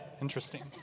Interesting